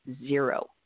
Zero